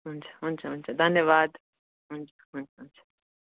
हुन्छ हुन्छ हुन्छ धन्यवाद हुन्छ हुन्छ हुन्छ